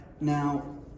Now